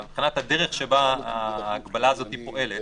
הדרך שבה ההגבלה הזו פועלת,